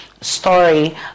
Story